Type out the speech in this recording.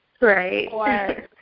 Right